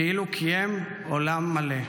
כאילו קיים עולם מלא.